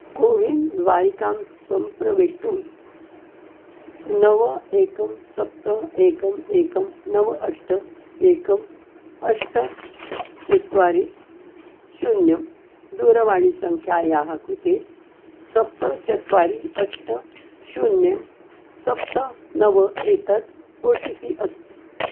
CoWIN द्वारिकां सम्प्रवेष्टुं नव एकं सप्त एकम् एकं नव अष्ट एकम् अष्ट चत्वारि शून्यं दूरवाणीसङ्ख्यायाः कृते सप्त चत्वारि अष्ट शून्यं सप्त नव एतत् ओ टि पि अस्ति